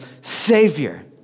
Savior